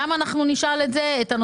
078003 תקצוב 60 מיליון שקל בהוצאה